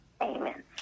Amen